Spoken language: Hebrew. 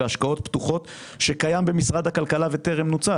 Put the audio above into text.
בהשקעות פתוחות שטרם נוצלו.